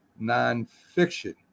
nonfiction